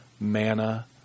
manna